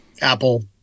Apple